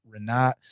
Renat